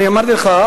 אמרתי לך,